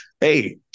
Hey